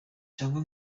cyangwa